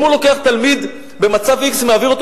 אם הוא לוקח תלמיד במצב x ומעביר אותו